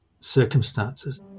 circumstances